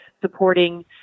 supporting